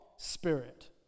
Spirit